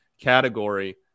category